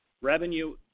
revenue